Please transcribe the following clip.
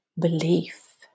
belief